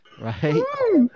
right